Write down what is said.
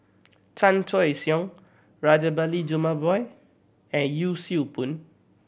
Chan Choy Siong Rajabali Jumabhoy and Yee Siew Pun